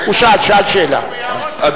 שאל שאלה,